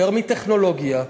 יותר מטכנולוגיה,